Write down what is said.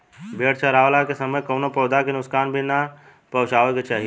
भेड़ चरावला के समय कवनो पौधा के नुकसान भी ना पहुँचावे के चाही